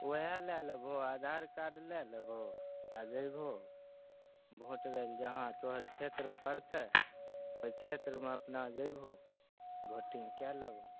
वएह लै लेबहो आधारकार्ड लै लेबहो आ जैबहो भोट दै लए जहाँ तोहर क्षेत्र पड़तै क्षेत्रमे अपना जैबहो भोटिंग कए लेबहो